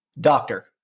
Doctor